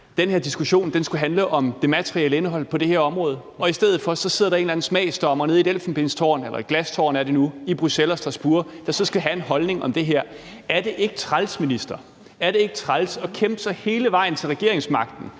Den her diskussion skulle handle om det materielle indhold på det her område, og i stedet for sidder der en eller anden smagsdommer nede i et elfenbenstårn – eller et glastårn er det nu – i Bruxelles og Strasbourg og skal have en holdning til det her. Er det ikke træls, minister, er det ikke træls at kæmpe sig hele vejen til regeringsmagten